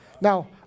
Now